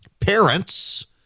parents